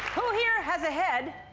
who here has a head?